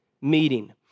meeting